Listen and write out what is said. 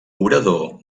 obrador